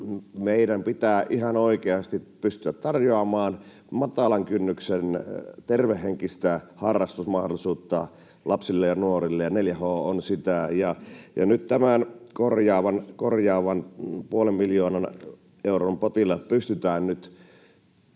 Meidän pitää ihan oikeasti pystyä tarjoamaan matalan kynnyksen tervehenkistä harrastusmahdollisuutta lapsille ja nuorille, ja 4H on sitä. Tällä korjaavalla puolen miljoonan euron potilla pystytään nyt